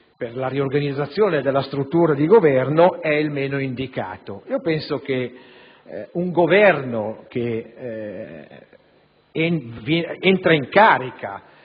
per la riorganizzazione della struttura di Governo è il meno indicato. A mio giudizio, un Governo che entra in carica